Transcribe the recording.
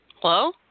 Hello